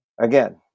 Again